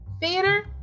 Theater